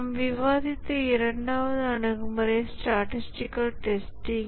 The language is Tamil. நாம் விவாதித்த இரண்டாவது அணுகுமுறை ஸ்டாடீஸ்டிகல் டெஸ்டிங்